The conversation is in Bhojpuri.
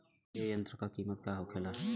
ए यंत्र का कीमत का होखेला?